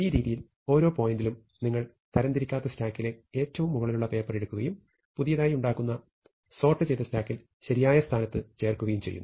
ഈ രീതിയിൽ ഓരോ പോയിന്റിലും നിങ്ങൾ തരംതിരിക്കാത്ത സ്റ്റാക്കിലെ ഏറ്റവും മുകളിലുള്ള പേപ്പർ എടുക്കുകയും പുതിയതായി ഉണ്ടാക്കുന്ന സോർട്ട് ചെയ്ത സ്റ്റാക്കിൽ ശരിയായ സ്ഥാനത്ത് ചേർക്കുകയും ചെയ്യുന്നു